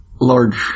large